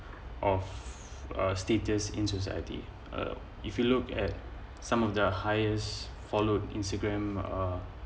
of a status in society uh if you look at some of the highest followed Instagram uh